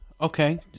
Okay